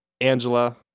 Angela